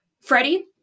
Freddie